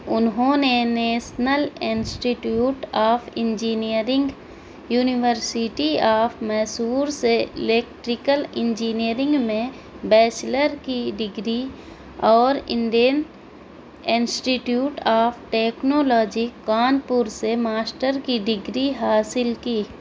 انہوں نے national institute of engineering university of Mysore سے الیکٹریکل انجینئرنگ میں بیچلر کی ڈگری اور Indian institute of technology Kanpur سے ماسٹر کی ڈگری حاصل کی